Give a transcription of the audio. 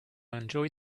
enjoy